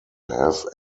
have